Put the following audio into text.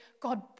God